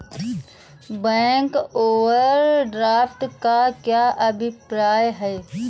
Bank overdraft का क्या अभिप्राय है?